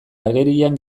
agerian